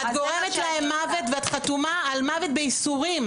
את גורמת להם מוות ואת חתומה על מוות בייסורים.